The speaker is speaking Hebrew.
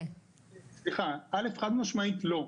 סליחה, א'-חד משמעית לא.